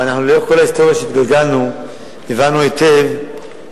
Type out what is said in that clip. אבל לאורך כל ההיסטוריה שהתגלגלנו הבנו היטב,